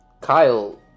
Kyle